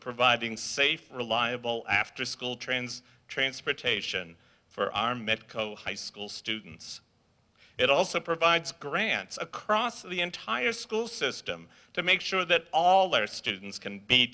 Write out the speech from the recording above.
providing safe reliable afterschool trains transportation for our medco high school students it also provides grants across the entire school system to make sure that all their students can be